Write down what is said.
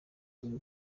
ibintu